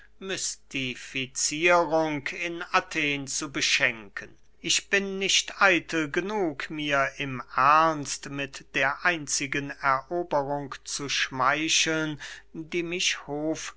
mystificierung in athen zu beschenken ich bin nicht eitel genug mir im ernst mit der einzigen eroberung zu schmeicheln die mich